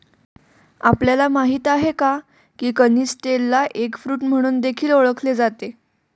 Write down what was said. आपल्याला माहित आहे का? की कनिस्टेलला एग फ्रूट म्हणून देखील ओळखले जाते